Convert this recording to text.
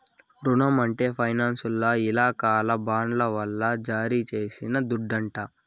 రునం అంటే ఫైనాన్సోల్ల ఇలాకాల బాండ్ల వల్ల జారీ చేసిన దుడ్డంట